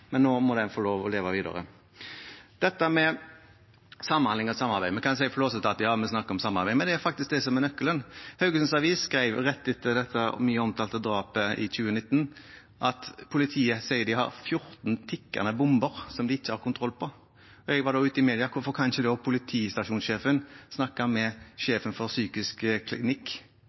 men nå må den få lov å leve videre. Når det gjelder samhandling og samarbeid, kan vi flåsete si at ja, vi snakker om samarbeid, men det er faktisk det som er nøkkelen. Haugesunds Avis skrev, rett etter det mye omtalte drapet i 2019, at politiet sier de har 14 tikkende bomber som de ikke har kontroll på. Jeg var da ute i media og spurte hvorfor ikke politistasjonssjefen kan snakke med sjefen for psykiatrisk klinikk